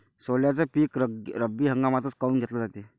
सोल्याचं पीक रब्बी हंगामातच काऊन घेतलं जाते?